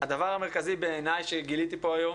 הדבר המרכזי בעיניי שגיליתי פה היום